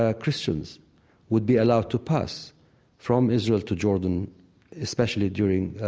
ah christians would be allowed to pass from israel to jordan especially during